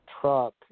truck